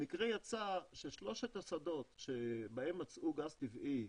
במקרה יצא ששלושת השדות שבהם מצאו גז טבעי,